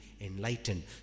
enlightened